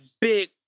big